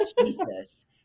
Jesus